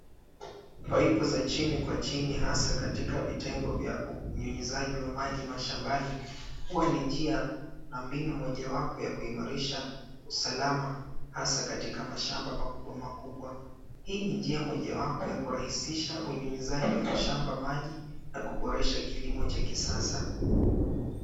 Paipu za chini kwa chini hasa katika vitengo vya unyunyiziaji wa maji mashambani, huwa ni njia na mbinu ya mojawapo ya kuimarisha usalama hasa katika mashamba makubwa makubwa. Hii ni njia ya mojawapo ya kurahisisha unyunyiziaji wa mashamba maji, na kuboresha kilimo cha kisasa.